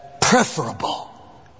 preferable